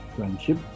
Friendship